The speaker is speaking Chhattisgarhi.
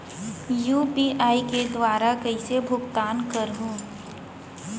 यू.पी.आई के दुवारा कइसे भुगतान करहों?